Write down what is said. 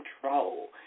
control